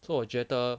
so 我觉得